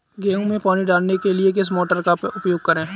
गेहूँ में पानी डालने के लिए किस मोटर का उपयोग करें?